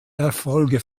erfolge